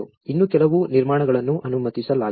ಇನ್ನೂ ಕೆಲವು ನಿರ್ಮಾಣಗಳನ್ನು ಅನುಮತಿಸಲಾಗಿದೆ